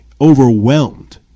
overwhelmed